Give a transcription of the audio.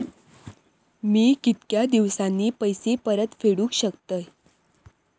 मी कीतक्या दिवसांनी पैसे परत फेडुक शकतय?